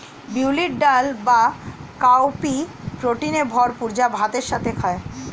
বিউলির ডাল বা কাউপি প্রোটিনে ভরপুর যা ভাতের সাথে খায়